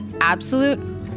absolute